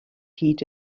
heed